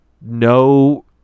No